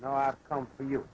know i've come for you